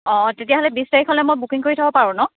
অঁ তেতিয়াহ'লে বিশ তাৰিখলৈ মই বুকিং কৰি থব পাৰোঁ ন